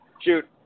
shoot